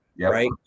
Right